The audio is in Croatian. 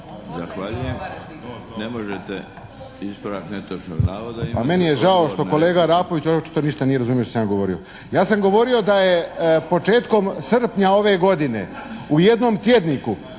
na repliku. **Kovačević, Pero (HSP)** Pa meni je žao što kolega Arapović očito ništa nije razumio što sam ja govorio. Ja sam govorio da je početkom srpnja ove godine u jednom tjedniku